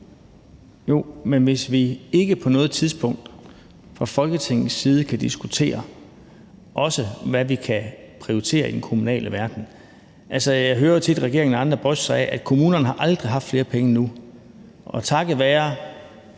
Jo, men skal vi ikke på noget som helst tidspunkt fra Folketingets side også kunne diskutere, hvad man kan prioritere i den kommunale verden? Altså, jeg hører jo tit regeringen og andre bryste sig af, at kommunerne aldrig har haft flere penge end nu, og at der